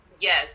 Yes